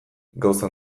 gauza